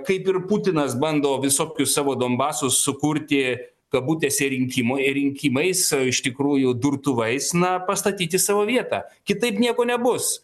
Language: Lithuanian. kaip ir putinas bando visokius savo donbasus sukurti kabutėse rinkimai rinkimais o iš tikrųjų durtuvais na pastatyti savo vietą kitaip nieko nebus